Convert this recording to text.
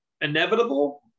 Inevitable